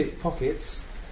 pockets